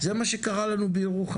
זה מה שקרה לנו בירוחם.